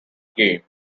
game